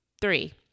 three